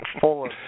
full